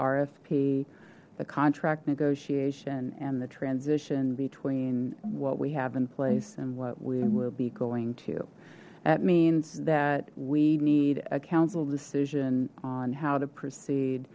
rfp the contract negotiation and the transition between what we have in place and what we will be going to that means that we need a council decision on how to proceed